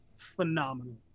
Phenomenal